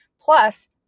Plus